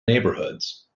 neighborhoods